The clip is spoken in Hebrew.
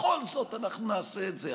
בכל זאת אנחנו נעשה את זה,